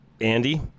Andy